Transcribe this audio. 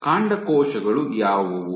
ಕಾಂಡಕೋಶಗಳು ಯಾವುವು